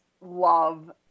love